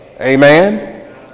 amen